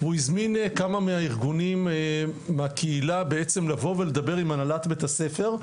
והוא הזמין כמה מהארגונים מהקהילה בעצם לבוא ולדבר עם הנהלת בית הספר,